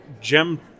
gem